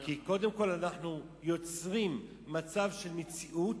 כי קודם כול אנחנו יוצרים מצב של מציאות,